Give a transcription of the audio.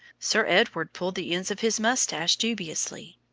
sir edward pulled the ends of his moustache dubiously.